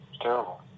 terrible